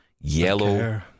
yellow